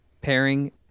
pairing